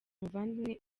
muvandimwe